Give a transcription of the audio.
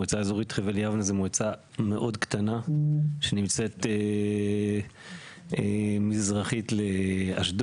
מועצה אזורית חבל יבנה זו מועצה מאוד קטנה שנמצאת מזרחית לאשדוד,